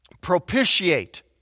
propitiate